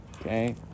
okay